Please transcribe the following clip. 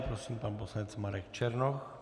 Prosím pan poslanec Marek Černoch.